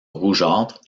rougeâtre